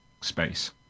space